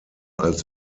als